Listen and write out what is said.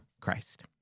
Christ